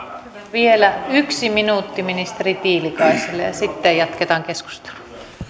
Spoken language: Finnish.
vielä yksi minuutti ministeri tiilikaiselle ja sitten jatketaan keskustelua